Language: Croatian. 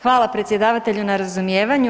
Hvala predsjedavatelju na razumijevanju.